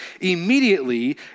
immediately